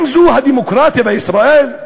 האם זו הדמוקרטיה בישראל?